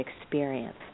experience